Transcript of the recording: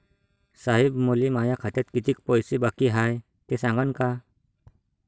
साहेब, मले माया खात्यात कितीक पैसे बाकी हाय, ते सांगान का?